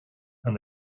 and